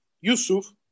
Yusuf